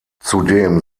zudem